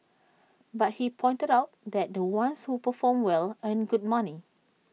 but he pointed out that the ones who perform well earn good money